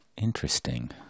Interesting